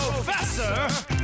Professor